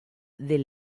del